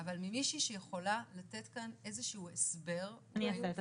אבל ממישהו שיכולה לתת כאן איזשהו הסבר של